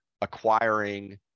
acquiring